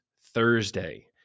Thursday